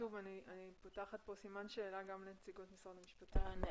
שוב אני פותחת כאן סימן שאלה גם לנציגות משרד המשפטים.